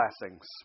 blessings